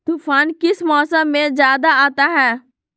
तूफ़ान किस मौसम में ज्यादा आता है?